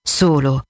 solo